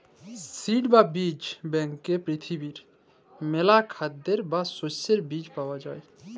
seed বা বীজ ব্যাংকে পৃথিবীর মেলা খাদ্যের বা শস্যের বীজ পায়া যাই